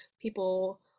people